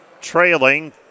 trailing